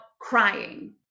crying